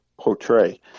portray